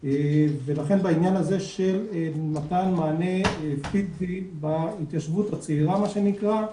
ולכן בעניין הזה של מתן מענה בהתיישבות הצעירה מה שנקרא,